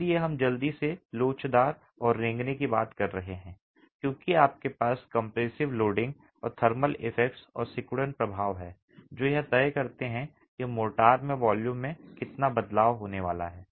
इसलिए हम जल्दी से लोचदार और रेंगने की बात कर रहे हैं क्योंकि आपके पास कंप्रेसिव लोडिंग और थर्मल इफेक्ट्स और सिकुड़न प्रभाव हैं जो यह तय करते हैं कि मोर्टार में वॉल्यूम में कितना बदलाव होने वाला है